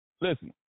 listen